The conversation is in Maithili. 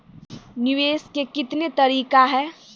निवेश के कितने तरीका हैं?